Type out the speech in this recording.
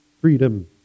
freedom